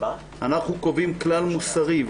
אנחנו קובעים כלל מוסרי,